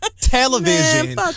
television